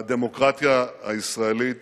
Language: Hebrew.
הדמוקרטיה הישראלית